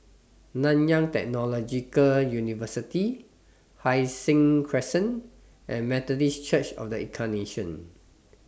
Nanyang Technological University Hai Sing Crescent and Methodist Church of The Incarnation